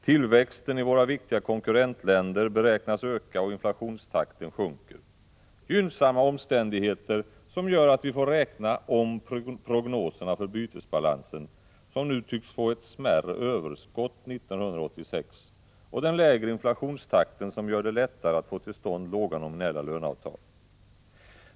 Tillväxten i våra viktiga konkurrentländer beräknas öka, och inflationstakten sjunker: gynnsamma omständigheter som gör att vi får räkna om prognoserna för bytesbalansen, som nu tycks få ett smärre överskott 1986, och den lägre inflationstakten som gör det lättare att få till stånd låga nominella löneavtal.